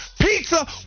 pizza